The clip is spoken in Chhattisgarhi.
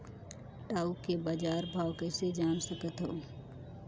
टाऊ के बजार भाव कइसे जान सकथव?